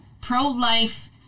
pro-life